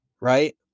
Right